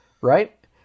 Right